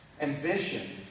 Ambition